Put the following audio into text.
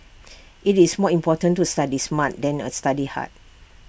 IT is more important to study smart than A study hard